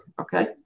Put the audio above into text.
okay